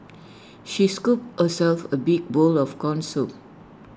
she scooped herself A big bowl of Corn Soup